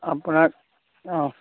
আপোনাক অঁ